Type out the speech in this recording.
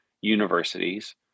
universities